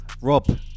Rob